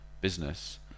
business